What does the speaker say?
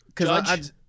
Judge